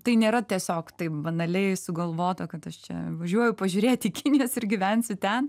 tai nėra tiesiog taip banaliai sugalvota kad aš čia važiuoju pažiūrėti kinijos ir gyvensiu ten